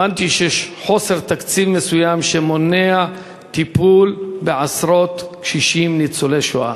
הבנתי שקיים חוסר תקציב מסוים שמונע טיפול בעשרות קשישים ניצולי שואה.